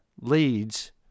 leads